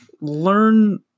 Learn